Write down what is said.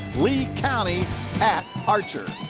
lee county at archer.